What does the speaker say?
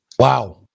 Wow